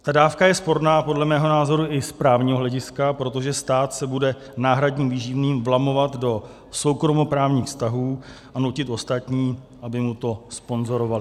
Ta dávka je sporná podle mého názoru i z právního hlediska, protože stát se bude náhradním výživným vlamovat do soukromoprávních vztahů a nutit ostatní, aby mu to sponzorovali.